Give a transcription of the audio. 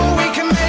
we can